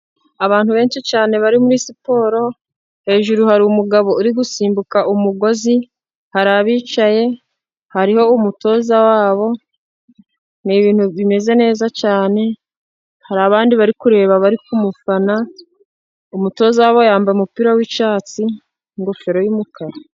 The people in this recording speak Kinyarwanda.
Abantu benshi cyane bari muri siporo, hejuru hari umugabo uri gusimbuka umugozi hari abicaye, hariho umutoza wabo ni ibintu bimeze neza cyane, hari abandi bari kureba bari kumufana. Umutoza wabo, yambaye umupira w'icyatsi ingofero y'umukara.